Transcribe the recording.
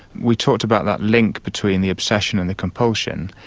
we talked about that link between the obsession and the compulsion,